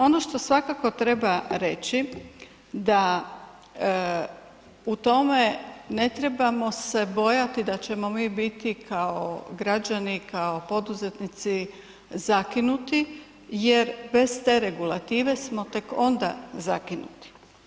Ono što svakako treba reći da u tome ne trebamo se bojati da ćemo mi biti kao građani, kao poduzetnici zakinuti jer bez te regulative smo tek onda zakinuti.